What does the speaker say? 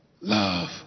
love